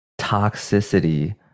toxicity